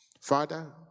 Father